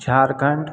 Jharkhand